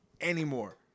anymore